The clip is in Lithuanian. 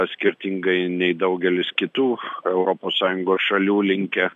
skirtingai nei daugelis kitų europos sąjungos šalių linkę